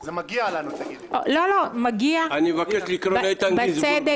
אני באמת מבינה את הצורך לבקר,